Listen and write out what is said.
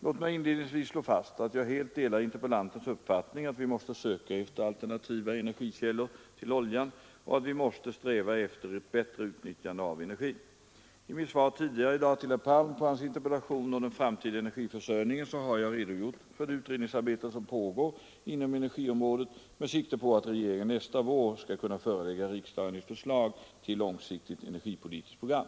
Låt mig inledningsvis slå fast att jag helt delar interpellantens uppfattning att vi måste söka efter alternativa energikällor till oljan och att vi måste sträva efter ett bättre utnyttjande av energin. I mitt svar tidigare i dag till herr Palm på hans interpellation om den framtida energiförsörjningen har jag redogjort för det utredningsarbete som pågår inom energiområdet med sikte på att regeringen nästa vår skall kunna förelägga riksdagen ett förslag till långsiktigt energipolitiskt program.